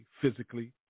physically